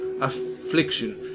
Affliction